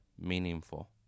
meaningful